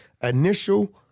initial